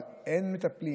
אבל אין מטפלים,